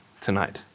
tonight